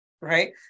right